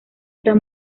estas